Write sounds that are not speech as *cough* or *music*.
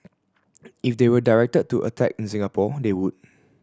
*noise* if they were directed to attack in Singapore they would